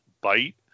bite